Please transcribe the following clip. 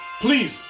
please